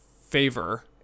favor